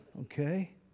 okay